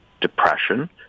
depression